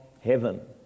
heaven